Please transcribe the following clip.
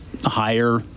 higher